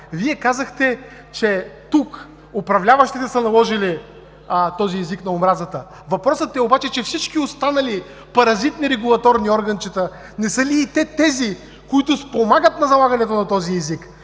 Вие казахте, че тук управляващите са наложили този език на омразата. Въпросът е обаче, че всички останали паразитни регулаторни органчета, не са ли и те тези, които спомагат на налагането на този език?